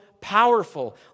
powerful